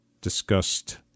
discussed